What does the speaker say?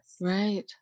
right